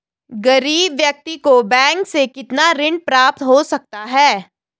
गरीब व्यक्ति को बैंक से कितना ऋण प्राप्त हो सकता है?